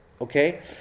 Okay